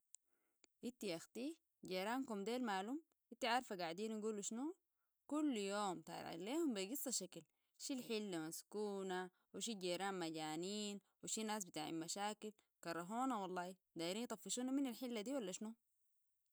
انتي ياختي جيرانكم دي مالم؟ انت عارفه قاعدين يقولو شنو؟ كل يوم طلعين ليهم بقصة شكل شي الحلة مسكونا وشي الجيران مجانين وشي ناس بتاعين مشاكل كرهونا والله دايرين يطفشونا من الحلة دي ولا شنو؟